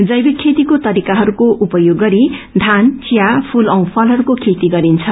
जैविक खेतीको तरिकाहरूको उपयोग गरी बान वियापती फूल औ फ्रतहरूको खेती गरिन्छ